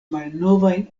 malnovajn